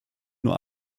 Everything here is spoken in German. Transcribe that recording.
nur